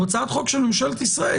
הוא הצעת חוק של ממשלת ישראל.